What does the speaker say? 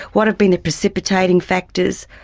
what have been precipitating factors,